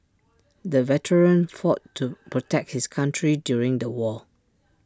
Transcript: the veteran fought to protect his country during the war